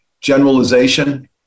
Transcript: generalization